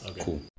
cool